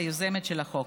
היוזמת של החוק.